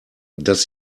das